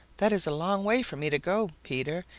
that is a long way for me to go, peter,